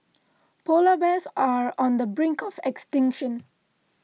Polar Bears are on the brink of extinction